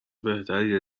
بهتری